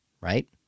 right